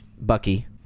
Bucky